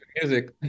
music